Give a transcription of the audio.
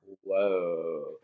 whoa